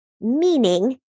meaning